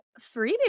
freebie